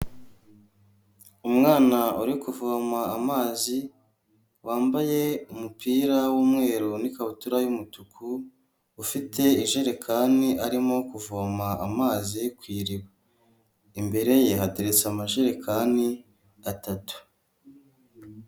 umwana uri kuvoma amazi, wambaye umupira w'umweru n'ikabutura y'umutuku, ufite ijerekani arimo kuvoma amazi ku iriba, imbere ya hateretse amajerekani atatu.